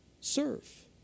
Serve